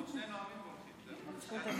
טלי, יש עוד שני נואמים והולכים, זהו.